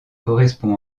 correspond